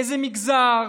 מאיזה מגזר.